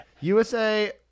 USA